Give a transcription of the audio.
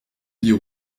dire